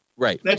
Right